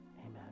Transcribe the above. Amen